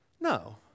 No